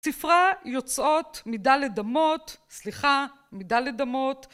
ספרה יוצאות מידה לדמות סליחה מידה לדמות